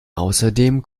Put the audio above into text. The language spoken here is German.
außerdem